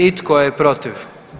I tko je protiv?